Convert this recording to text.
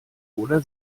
oder